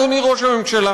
אדוני ראש הממשלה.